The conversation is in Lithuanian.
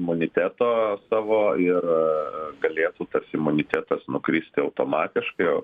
imuniteto savo ir galėtų tarsi imunitetas nukristi automatiškai o